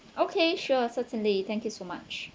okay sure certainly thank you so much